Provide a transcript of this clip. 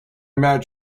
matt